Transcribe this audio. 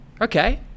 Okay